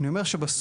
אני אומר שבסוף,